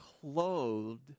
clothed